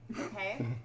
Okay